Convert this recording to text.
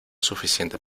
suficiente